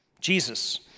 Jesus